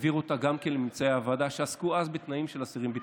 העבירו גם כן את ממצאי הוועדה שעסקו אז בתנאים של אסירים ביטחוניים,